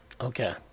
Okay